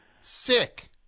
Sick